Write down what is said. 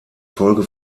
folge